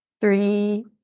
three